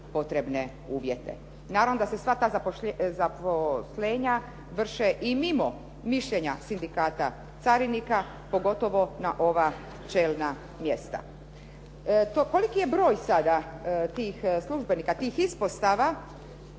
potrebne uvjete. Naravno da se sva ta zaposlenja vrše i mimo mišljenja Sindikata carinika pogotovo na ova čelna mjesta. To koliki je broj sada tih službenika, tih ispostava